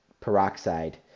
peroxide